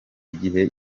gihe